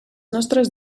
nostres